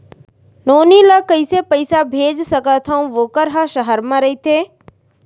नोनी ल कइसे पइसा भेज सकथव वोकर ह सहर म रइथे?